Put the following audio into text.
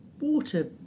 water